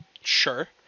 Sure